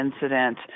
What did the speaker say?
incident